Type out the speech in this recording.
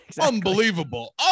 Unbelievable